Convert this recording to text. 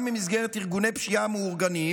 גם במסגרת ארגוני פשיעה מאורגנים,